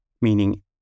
meaning